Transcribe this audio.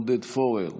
עודד פורר,